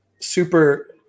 super